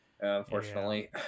Unfortunately